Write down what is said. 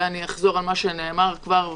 ואני אחזור על מה שכבר נאמר שוב.